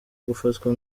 gufatwa